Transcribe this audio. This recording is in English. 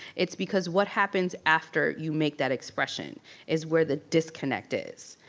it's because what happens after you make that expression is where the disconnect is.